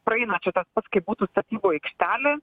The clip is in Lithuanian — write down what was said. praeina čia tas pats kaip būtų statybų aikštelė